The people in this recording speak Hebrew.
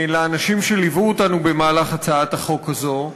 לאנשים שליוו אותנו במהלך הצעת החוק הזאת,